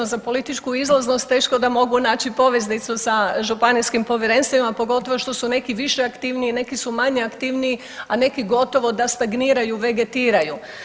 Vezano za političku izlaznost teško da mogu naći poveznicu sa županijskim povjerenstvima pogotovo su neki više aktivniji, neki su manje aktivniji, a neki gotovo da stagniraju, vegetiraju.